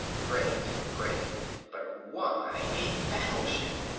great, great but why a battleship?